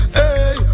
hey